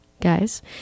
guys